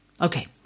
Okay